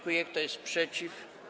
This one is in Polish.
Kto jest przeciw?